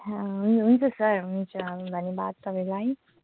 हुन्छ सर हुन्छ धन्यवाद तपाईँलाई